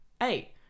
eight